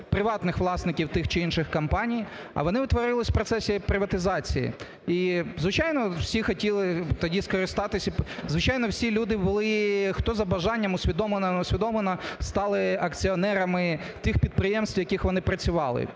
приватних власників тих чи інших компаній, а вони утворилися в процесі приватизації. І, звичайно, всі хотіли тоді скористатися… звичайно, всі люди були… хто за бажанням, усвідомлено, не усвідомлено, стали акціонерами тих підприємств, в яких вони працювали.